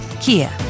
Kia